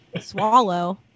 Swallow